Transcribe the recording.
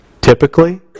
typically